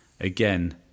Again